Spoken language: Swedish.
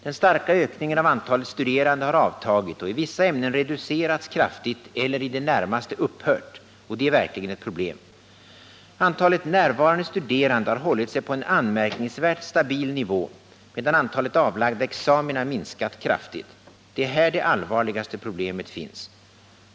Den starka ökningen av antalet studerande har avtagit och i vissa ämnen reducerats kraftigt eller i det närmaste upphört — och det är verkligen ett problem. Antalet närvarande studerande har hållit sig på en anmärkningsvärt stabil nivå, medan antalet avlagda examina minskat kraftigt. Det är här det allvarligaste problemet finns.